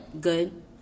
good